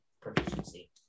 proficiency